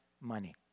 money